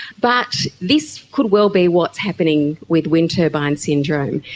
but this could well be what's happening with wind turbine syndrome.